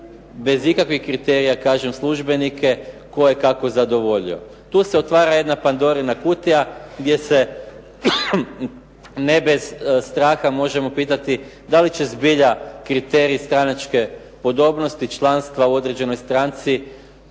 bez ikakvih kriterija kažem službenike tko je kako zadovoljio. Tu se otvara jedna Pandorina kutija gdje se ne bez straha možemo pitati da li će zbilja kriterij stranačke podobnosti članstva u određenoj stranci